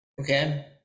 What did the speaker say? Okay